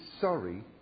sorry